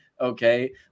okay